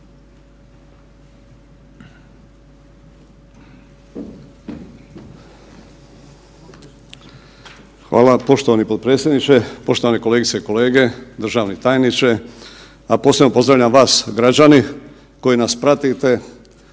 Hvala poštovani potpredsjedniče, poštovane kolegice i kolege, državni tajniče, a posebno pozdravljam vas građani koji nas pratite.